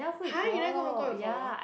!huh! you never go Hong Kong before